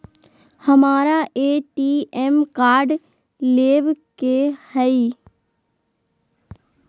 हमारा ATM card लेव के हई